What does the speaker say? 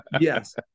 Yes